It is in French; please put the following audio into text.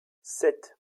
sept